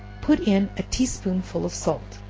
put in a tea-spoonful of salt,